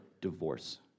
divorce